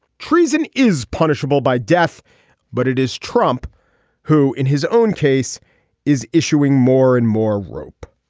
treason is punishable by death but it is trump who in his own case is issuing more and more rope